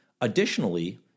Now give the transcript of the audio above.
Additionally